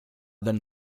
than